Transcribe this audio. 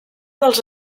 dels